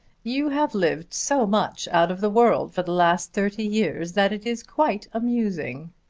you have lived so much out of the world for the last thirty years that it is quite amusing.